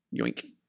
yoink